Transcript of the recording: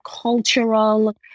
cultural